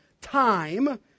time